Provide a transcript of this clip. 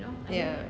ya